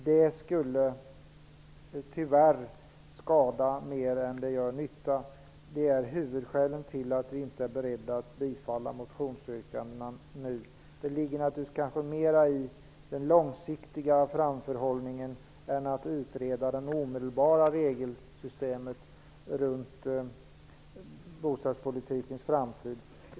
Det skulle tyvärr vara mer till skada än till nytta. Det är huvudskälen till att vi inte är beredda att bifalla motionsyrkandena nu. Det ligger naturligtvis mera i den långsiktiga framförhållningen än att utreda det omedelbara regelsystemet runt bostadspolitikens framtid.